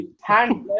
hand